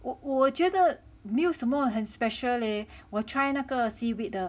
我我觉得没有什么很 special leh 我 try 那个 seaweed 的